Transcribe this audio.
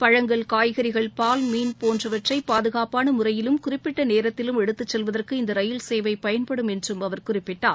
பழங்கள் காய்கறிகள் பால் மீன் போன்றவற்றை பாதுகாப்பான முறையிலும் குறிப்பிட்ட நேரத்திலும் எடுத்துச் செல்வதற்கு இந்த ரயில் சேவை பயன்படும் என்றும் அவர் குறிப்பிட்டார்